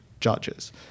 judges